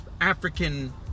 African